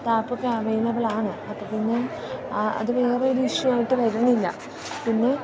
ടാപ്പൊക്കെ അവൈലബിളാണ് അപ്പോൾ പിന്നെ അത് വേറൊരു ഇഷ്യുവായിട്ട് വരുന്നില്ല പിന്നെ